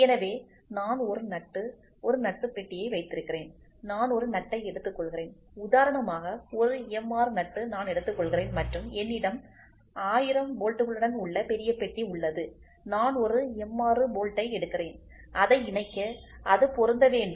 எனவே நான் ஒரு நட்டு ஒரு நட்டு பெட்டியை வைத்திருக்கிறேன் நான் ஒரு நட்டை எடுத்துக்கொள்கிறேன் உதாரணமாக ஒரு எம் 6 நட்டு நான் எடுத்துக்கொள்கிறேன் மற்றும் என்னிடம் 1000 போல்ட் களுடன் உள்ள பெரிய பெட்டி உள்ளது நான் ஒரு எம் 6 போல்ட் யை எடுக்கிறேன் அதை இணைக்க அது பொருந்த வேண்டும்